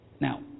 Now